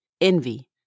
envy